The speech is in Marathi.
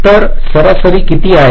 तर सरासरी किती आहे